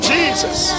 Jesus